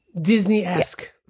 Disney-esque